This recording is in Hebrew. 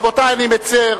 רבותי, אני מצר.